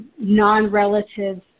non-relatives